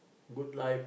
good life